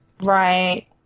Right